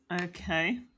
Okay